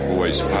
Boys